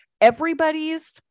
Everybody's